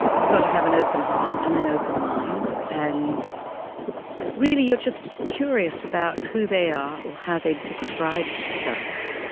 you've got to have an open heart and an open mind, and really you're just curious about who they are or how they'd describe themselves,